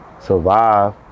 survive